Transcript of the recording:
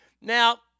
Now